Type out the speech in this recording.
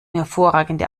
hervorragende